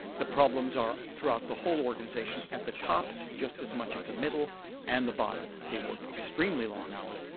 the problems are throughout the whole organisation at the top, just as much at the middle and the bottom. they work extremely long hours,